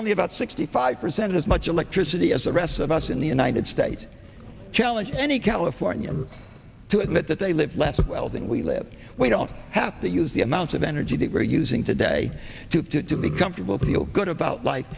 only about sixty five percent as much electricity as the rest of us in the united states challenge any californian to admit that they live less well than we live we don't have to use the amount of energy that we're using today to be comfortable to feel good about like